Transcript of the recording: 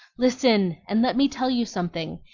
listen, and let me tell you something.